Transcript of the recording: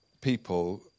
people